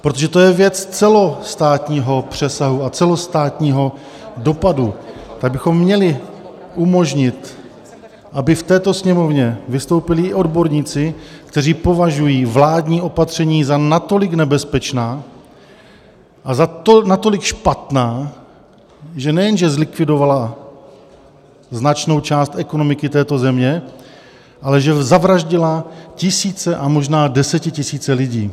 Protože to je věc celostátního přesahu a celostátního dopadu, tak bychom měli umožnit, aby v této Sněmovně vystoupili i odborníci, kteří považují vládní opatření za natolik nebezpečná a za natolik špatná, že nejenže zlikvidovala značnou část ekonomiky této země, ale že zavraždila tisíce a možná desetitisíce lidí.